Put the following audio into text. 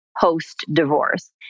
post-divorce